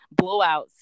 blowouts